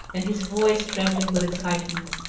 and his voice trembling with excitement.